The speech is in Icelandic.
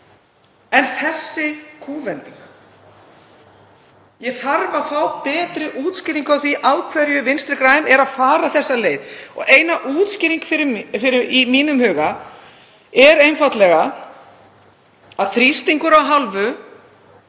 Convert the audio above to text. En þessi kúvending, ég þarf að fá betri útskýringu á því af hverju Vinstri græn eru að fara þessa leið. Eina útskýringin í mínum huga er einfaldlega að þrýstingur af hálfu